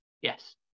yes